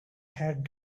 had